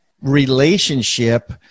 relationship